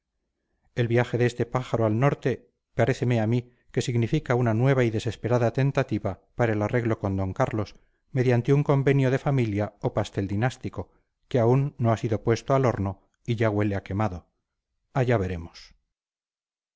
el viaje de este pájaro al norte paréceme a mí que significa una nueva y desesperada tentativa para el arreglo con d carlos mediante un convenio de familia o pastel dinástico que aún no ha sido puesto al horno y ya huele a quemado allá veremos